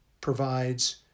provides